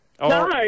No